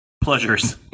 Pleasure's